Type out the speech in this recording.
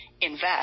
invest